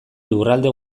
lurralde